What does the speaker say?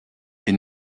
est